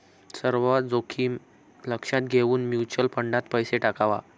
सर्व जोखीम लक्षात घेऊन म्युच्युअल फंडात पैसा टाकावा